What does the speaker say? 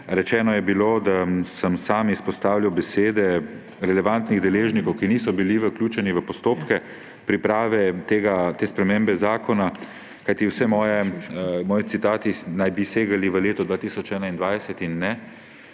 Rečeno je bilo, da sem sam izpostavljal besede relevantnih deležnikov, ki niso bili vključeni v postopke priprave te spremembe zakona, kajti vsi moji citati naj bi segali v leto 2021.